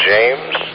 James